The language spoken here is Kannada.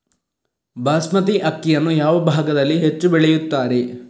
ಬಾಸ್ಮತಿ ಅಕ್ಕಿಯನ್ನು ಯಾವ ಭಾಗದಲ್ಲಿ ಹೆಚ್ಚು ಬೆಳೆಯುತ್ತಾರೆ?